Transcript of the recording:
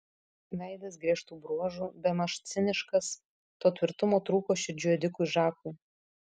veidas griežtų bruožų bemaž ciniškas to tvirtumo trūko širdžių ėdikui žakui